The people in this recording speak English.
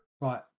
right